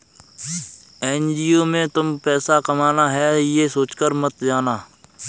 NGO में तुम पैसा कमाना है, ये सोचकर मत जाना